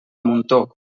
muntó